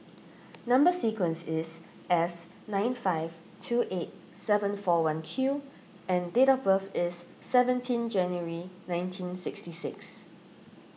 Number Sequence is S nine five two eight seven four one Q and date of birth is seventeen January nineteen sixty six